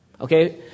Okay